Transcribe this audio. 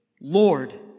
Lord